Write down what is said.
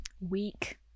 Weak